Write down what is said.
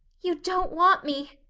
you don't want me!